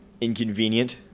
inconvenient